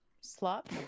Slop